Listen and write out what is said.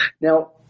Now